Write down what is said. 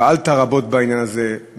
פעלת רבות בעניין הזה,